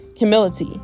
Humility